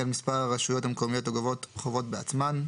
מספר הרשויות המקומיות הגובות חובות בעצמן,